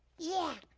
yeah.